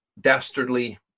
dastardly